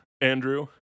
Andrew